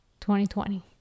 2020